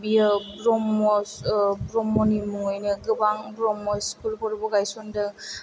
बियो ब्रह्म ब्रह्मनि मुङैनो गोबां ब्रह्म स्कुलफोरखौ गायसनदों